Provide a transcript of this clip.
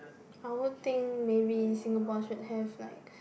I would think maybe Singapore should have like